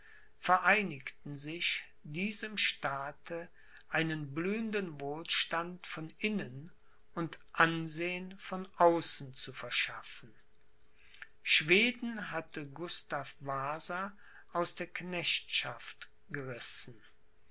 vereinigten sich diesem staate einen blühenden wohlstand von innen und ansehen von außen zu verschaffen schweden hatte gustav wasa aus der knechtschaft gerissen